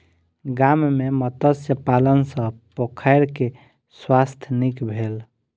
गाम में मत्स्य पालन सॅ पोखैर के स्वास्थ्य नीक भेल